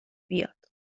بیاد